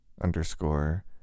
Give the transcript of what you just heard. underscore